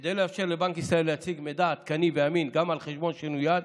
כדי לאפשר לבנק ישראל להציג מידע עדכני ואמין גם על חשבון שנויד,